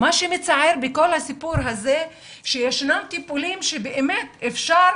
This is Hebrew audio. מה שמצער בכל הסיפור הזה הוא שיש טיפולים שבאמת אפשר